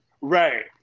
Right